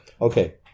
Okay